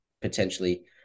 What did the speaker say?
potentially